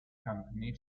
company